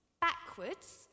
backwards